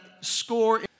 score